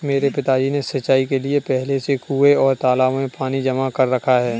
मेरे पिताजी ने सिंचाई के लिए पहले से कुंए और तालाबों में पानी जमा कर रखा है